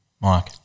Mike